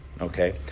okay